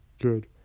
Good